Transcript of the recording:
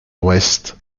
ouest